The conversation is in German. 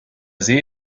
see